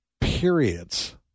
periods